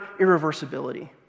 irreversibility